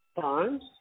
times